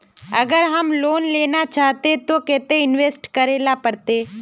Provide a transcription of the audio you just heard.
अगर हम लोन लेना चाहते तो केते इंवेस्ट करेला पड़ते?